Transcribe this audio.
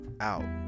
out